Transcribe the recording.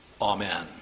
Amen